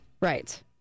Right